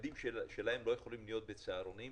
הילדים שלהם לא יכולים להיות בצהרונים.